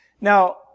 Now